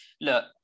look